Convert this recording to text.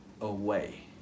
away